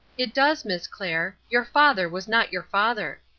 it does, miss clair. your father was not your father.